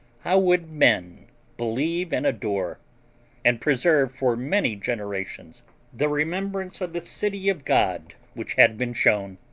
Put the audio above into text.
how would men believe and adore and preserve for many generations the remembrance of the city of god which had been shown!